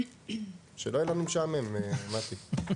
שלא יהיה לנו משעמם, מטי.